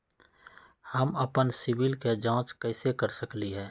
हम अपन सिबिल के जाँच कइसे कर सकली ह?